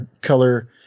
color